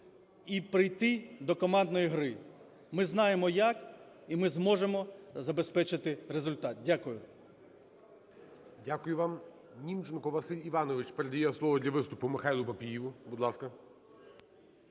і прийти до командної гри. Ми знаємо як і ми зможемо забезпечити результат. Дякую. ГОЛОВУЮЧИЙ. Дякую вам. Німченко Василь Іванович. Передає слово для виступу Михайлу Папієву.